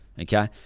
okay